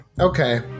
okay